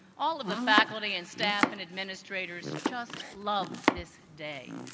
all of the faculty and staff and administrators just love this day.